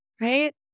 right